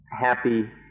happy